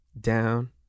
down